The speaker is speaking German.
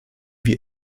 wir